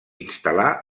instal·là